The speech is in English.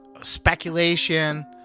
speculation